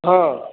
हँ